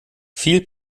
viel